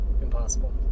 Impossible